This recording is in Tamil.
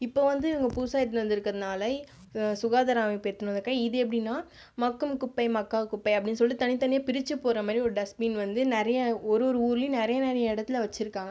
இப்போ வந்து இவங்க புதுசாக எடுத்துனு வந்திருக்கிறதுனாலை சுகாதார அமைப்பு எடுத்துனு வந்துருக்க இது எப்படின்னா மட்கும் குப்பை மட்கா குப்பை அப்படின்னு சொல்லிட்டு தனித்தனியாக பிரித்து போடுகிற மாதிரி ஒரு டஸ்ட்பின் வந்து நிறைய ஒரு ஒரு ஊர்லையும் நிறைய நிறைய இடத்துல வைச்சிருக்காங்க